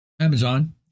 Amazon